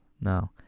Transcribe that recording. no